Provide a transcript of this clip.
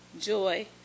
joy